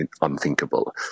unthinkable